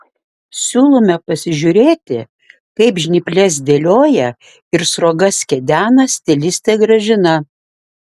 siūlome pasižiūrėti kaip žnyples dėlioja ir sruogas kedena stilistė gražina